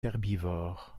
herbivores